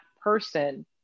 person